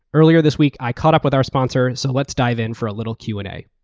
earlier this week, i caught up with our sponsors. so let's dive in for a little q and a.